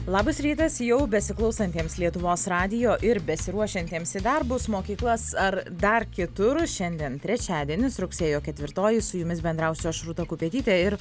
labas rytas jau besiklausantiems lietuvos radijo ir besiruošiantiems į darbus mokyklas ar dar kitur šiandien trečiadienis rugsėjo ketvirtoji su jumis bendrausiu aš rūta kupetytė ir